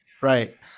right